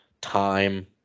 time